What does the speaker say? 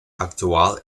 actual